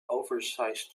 oversized